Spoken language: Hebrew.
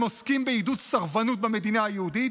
הם עוסקים בעידוד סרבנות במדינה היהודית,